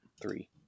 three